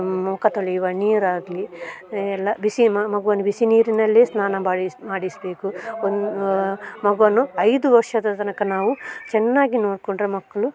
ಮುಖ ತೊಳೆಯುವ ನೀರಾಗಲೀ ಎಲ್ಲ ಬಿಸಿ ಮಗುವನ್ನು ಬಿಸಿ ನೀರಿನಲ್ಲಿಯೇ ಸ್ನಾನ ಮಾಡಿಸಬೇಕು ಒಂದು ಮಗುವನ್ನು ಐದು ವರ್ಷದ ತನಕ ನಾವು ಚೆನ್ನಾಗಿ ನೋಡಿಕೊಂಡ್ರೆ ಮಕ್ಕಳು